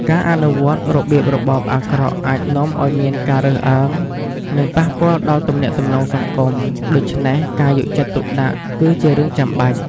ការអនុវត្តរបៀបរបបអាក្រក់អាចនាំឲ្យមានការរើសអើង និងប៉ះពាល់ដល់ទំនាក់ទំនងសង្គម ដូច្នេះការយកចិត្តទុកដាក់គឺជារឿងចាំបាច់។